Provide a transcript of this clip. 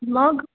मग